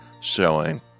showing